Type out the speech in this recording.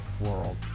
world